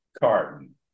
Carton